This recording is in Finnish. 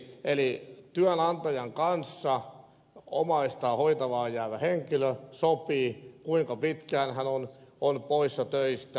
eli omaistaan hoitamaan jäävä henkilö sopii työnantajan kanssa kuinka pitkään hän on poissa töistä